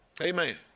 Amen